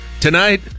tonight